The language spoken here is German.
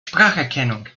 spracherkennung